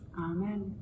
Amen